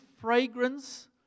fragrance